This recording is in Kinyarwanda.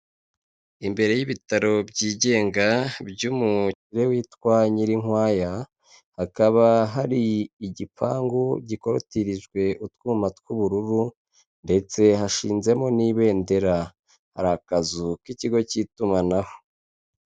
Imbere y'ibitaro by'igenga by'umukire witwa NYIRINKWAYA, hakaba hari igipangu gikoritirijwe utwuma tw'ubururu, ndetse hashinzemo n'ibendera hari akazu k'ikigo cy'itumanaho.